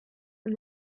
and